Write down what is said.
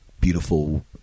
beautiful